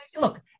Look